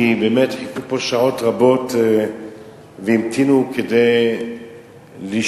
כי באמת חיכו שעות רבות והמתינו כדי לשמוע